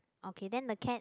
okay then the Cat